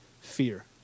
fear